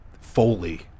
Foley